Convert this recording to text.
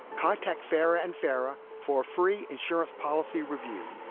contact fair and fair for for free insurance policy review.